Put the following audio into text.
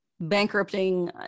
bankrupting